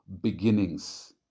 beginnings